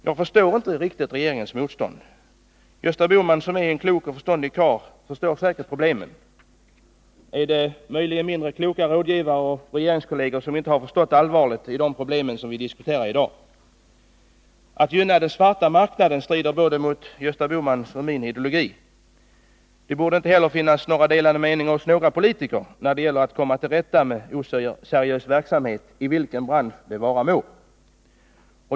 Jag förstår inte riktigt regeringens motstånd. Gösta Bohman som är en klok och förståndig karl förstår säkert problemen. Är det möjligen mindre kloka rådgivare och regeringskolleger som inte har förstått allvaret i de problem som vi diskuterar i dag? Att gynna den svarta marknaden strider både mot Gösta Bohmans och mot min ideologi. Det borde inte finnas några delade meningar bland politikerna när det gäller att komma till rätta med oseriös verksamhet i vilken bransch det vara må.